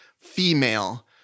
female